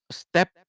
step